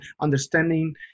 understanding